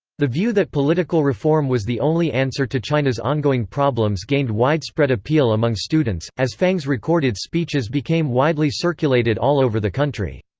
the view that political reform was the only answer to china's on-going problems gained widespread appeal among students, as fang's recorded speeches became widely circulated all over the country